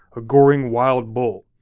a goring, wild bull.